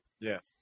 Yes